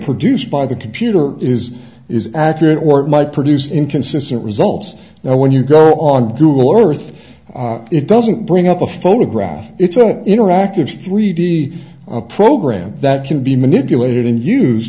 produced by the computer is is accurate or it might produce inconsistent results now when you go on google earth it doesn't bring up a photograph it's an interactive three d program that can be manipulated and use